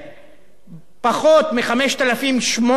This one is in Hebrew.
פחות מ-5,800 שקל,